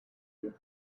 you